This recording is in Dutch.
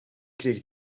kreeg